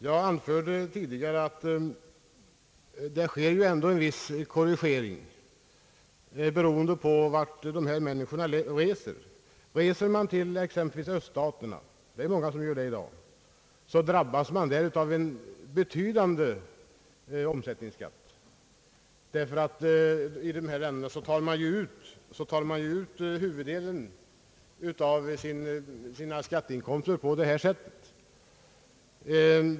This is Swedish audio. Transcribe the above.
Jag anförde tidigare att det ändå sker en viss korrigering beroende på vart dessa människor reser. Reser man t.ex. till öststaterna, vilket många gör i dag, drabbas man där av en betydande omsättningsskatt. I dessa länder tar det allmänna ju ut huvuddelen av sina skatteinkomster på detta sätt.